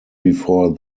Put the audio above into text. before